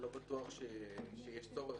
לא בטוח שיהיה צורך,